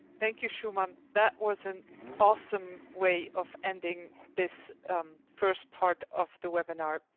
thank you, shumann. that was an awesome way of ending this first part of the webinar,